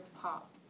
pop